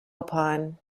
upon